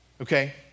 okay